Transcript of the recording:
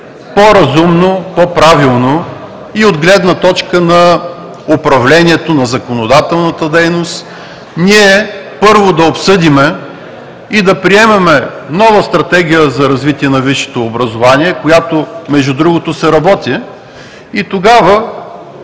по-разумно, по-правилно и от гледна точка на управлението, на законодателната дейност, първо, да обсъдим и да приемем нова стратегия за развитие на висшето образование, която, между другото, се работи и тогава